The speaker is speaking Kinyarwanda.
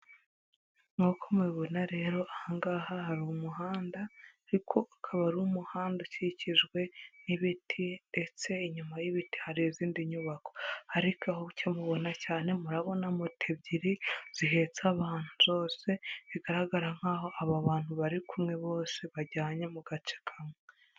Nk'uko mubibona rero aha ngaha hari umuhanda, ariko ukaba ari umuhanda ukikijwe n'ibiti ndetse inyuma y'ibiti hari izindi nyubako, ariko icyo mubona cyane murabona moto ebyiri zihetse abantu zose bigaragara nk'aho aba bantu bari kumwe bose bajyanye mu gace kamwe.